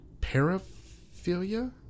paraphilia